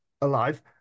alive